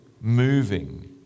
moving